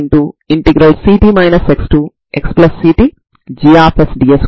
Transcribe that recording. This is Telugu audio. ఈ పాక్షిక సంబంధాన్ని ఉపయోగించుకోవడం ద్వారా sin μ 0 ఏ విధంగా ఐగెన్ విలువలను ఇస్తుందో మనం చూడవచ్చు